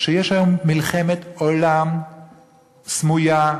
שיש היום מלחמת עולם סמויה,